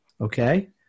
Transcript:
Okay